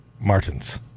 Martin's